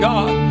God